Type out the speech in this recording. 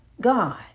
God